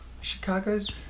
Chicago's